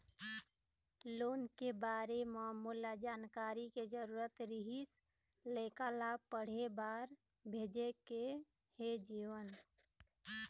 loan के बारे म मोला जानकारी के जरूरत रीहिस, लइका ला पढ़े बार भेजे के हे जीवन